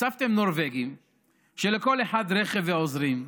הוספתם נורבגים שלכל אחד רכב ועוזרים,